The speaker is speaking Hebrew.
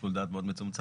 שיקול דעת מאוד מצומצם.